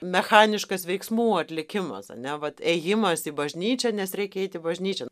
mechaniškas veiksmų atlikimas ane vat ėjimas į bažnyčią nes reikia eit į bažnyčią